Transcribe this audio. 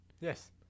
Yes